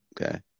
Okay